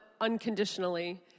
unconditionally